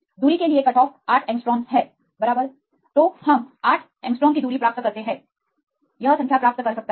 दूरी के लिए कटऑफ 8 एंग्स्ट्रॉम बराबर तो हम 8 एंग्स्ट्रॉम की दूरी प्राप्त करते हैं यह संख्या प्राप्त कर सकता है